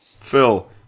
Phil